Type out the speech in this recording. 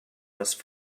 must